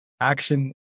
Action